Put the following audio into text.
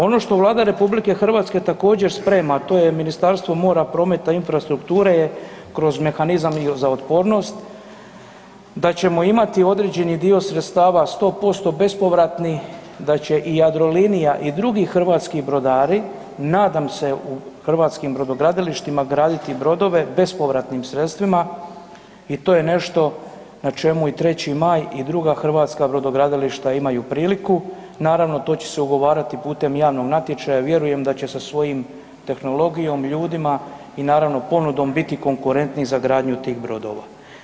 Ono što Vlada RH također sprema, to je Ministarstvo mora, prometa i infrastrukture je kroz mehanizam i za otpornost da ćemo imati određeni dio sredstava 100% bespovratnih, da će i Jadrolinija i drugi hrvatski brodari nadam se u hrvatskim brodogradilištima, graditi brodove bespovratnim sredstvima i to je nešto na čemu je Treći maj i druga hrvatska brodogradilišta imaju priliku, naravno to će se ugovarati putem javnog natječaja, vjerujem da će se svojom tehnologijom, ljudima i naravno ponudom biti konkretni za gradnju tih brodova.